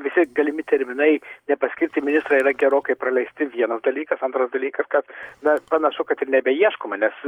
visi galimi terminai nepaskirti ministro yra gerokai praleisti vienas dalykas antras dalykas kad na panašu kad ir nebeieškoma nes